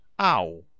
Ow